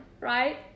right